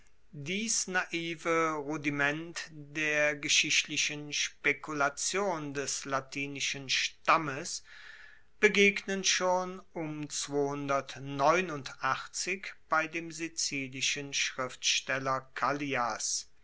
dies naive rudiment der geschichtlichen spekulation des latinischen stammes begegnen schon um bei dem sizilischen schriftsteller kallias